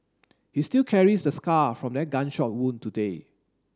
he still carries the scar from that gunshot wound today